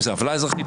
האם זה עוולה אזרחית,